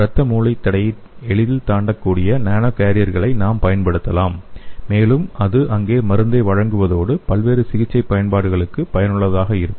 இரத்த மூளைத் தடையை எளிதில் கடக்கக்கூடிய நானோ கேரியர்களை நாம் பயன்படுத்தலாம் மேலும் இது அங்கே மருந்தை வழங்குவதோடு பல்வேறு சிகிச்சை பயன்பாடுகளுக்கு பயனுள்ளதாக இருக்கும்